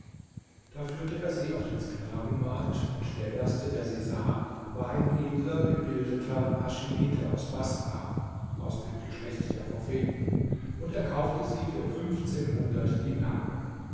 da führte er sie auf den sklavenmarkt und der erste der sie sah war ein edler gebildeter haschimite aus baßrah aus dem geschlecht der propheten und er kaufte sie für fünfzehnhundert dinare